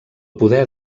poder